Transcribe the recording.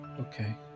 Okay